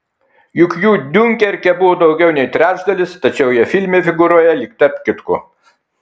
juk jų diunkerke buvo daugiau nei trečdalis tačiau jie filme figūruoja lyg tarp kitko